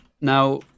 Now